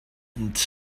and